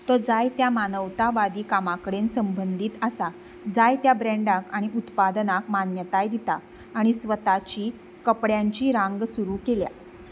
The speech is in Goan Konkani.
तो जायत्या मानवतावादी कामां कडेन संबंदीत आसा जायत्या ब्रँडांक आनी उत्पादनांक मान्यताय दिता आनी स्वताची कपड्यांची रांग सुरू केल्या